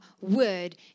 word